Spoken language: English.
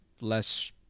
less